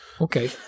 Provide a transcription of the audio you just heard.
Okay